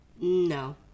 No